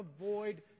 avoid